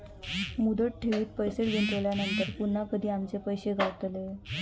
मुदत ठेवीत पैसे गुंतवल्यानंतर पुन्हा कधी आमचे पैसे गावतले?